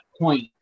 point